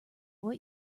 what